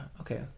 Okay